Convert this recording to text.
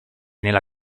nella